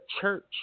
church